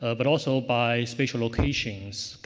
ah but also by spatial locations.